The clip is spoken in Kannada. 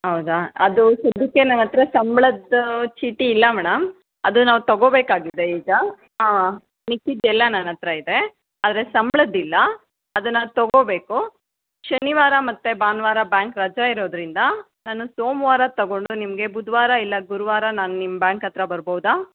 ಹೌದಾ ಅದು ಸದ್ಯಕ್ಕೆ ನಮ್ಮತ್ತಿರ ಸಂಬ್ಳದ್ದು ಚೀಟಿ ಇಲ್ಲ ಮೇಡಮ್ ಅದು ನಾವು ತಗೋಬೇಕಾಗಿದೆ ಈಗ ಹಾಂ ಮಿಕ್ಕಿದ್ದು ಎಲ್ಲ ನನ್ನತಿರ ಇದೆ ಆದರೆ ಸಂಬ್ಳದ್ದು ಇಲ್ಲ ಅದನ್ನು ತಗೋಳ್ಬೇಕು ಶನಿವಾರ ಮತ್ತು ಭಾನುವಾರ ಬ್ಯಾಂಕ್ ರಜಾ ಇರೋದರಿಂದ ನಾನು ಸೋಮವಾರ ತಗೊಂಡು ನಿಮಗೆ ಬುಧವಾರ ಇಲ್ಲ ಗುರುವಾರ ನಾನು ನಿಮ್ಮ ಬ್ಯಾಂಕ್ ಹತ್ತಿರ ಬರ್ಬೋದಾ